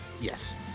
Yes